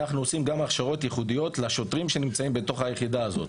אנחנו עושים גם הכשרות ייחודיות לשוטרים שנמצאים בתוך היחידה הזאת,